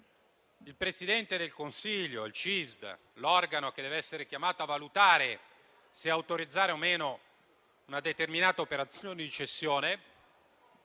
il Presidente del Consiglio e il CISD, l'organo che dev'essere chiamato a valutare se autorizzare o meno una determinata operazione di cessione,